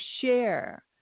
share